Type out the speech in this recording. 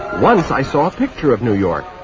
once i saw a picture of new york.